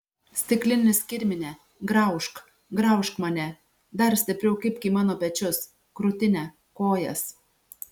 stiklinis kirmine graužk graužk mane dar stipriau kibk į mano pečius krūtinę kojas